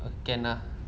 uh can lah